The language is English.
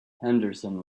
henderson